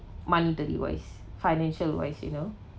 money wise financial wise you know